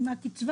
עם הקצבה